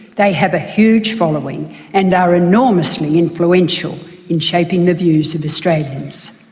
they have a huge following and are enormously influential in shaping the views of australians.